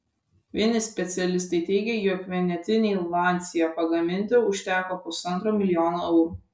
vieni specialistai teigia jog vienetinei lancia pagaminti užteko pusantro milijono eurų